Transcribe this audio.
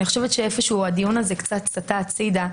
חושבת שאיפשהו הדיון הזה קצת סטה הצידה.